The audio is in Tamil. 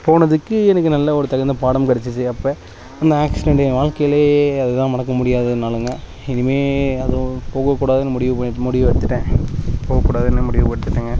போனதுக்கு எனக்கு நல்லா ஒரு தகுந்த பாடமும் கிடச்சிச்சி அப்போ அந்த ஆக்சிடென்ட்டு ஏன் வாழ்க்கையிலே அதுதான் மறக்க முடியாத நாளுங்க இனிமேல் அதுவும் போக கூடாதுன்னு முடிவு பண்ணி முடிவு எடுத்துகிட்டேன் போககூடாதுனு முடிவு எடுத்துட்டேங்க